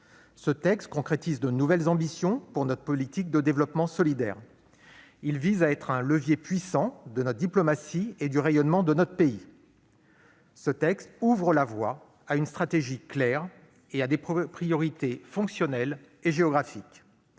Ce texte concrétise de nouvelles ambitions pour notre politique de développement solidaire. Il vise à être un levier puissant de la diplomatie et du rayonnement de notre pays. Il ouvre la voie à une stratégie claire et à des priorités fonctionnelles et géographiques.